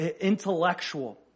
intellectual